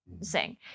sing